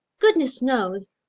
goodness knows.